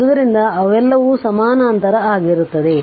ಆದ್ದರಿಂದ ಅವೆಲ್ಲವೂ ಸಮಾನಾಂತರ ಆಗಿರುತ್ತವೆ